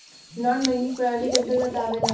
नानॅ banking प्रणाली के अंतर्गत आवेला